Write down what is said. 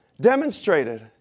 demonstrated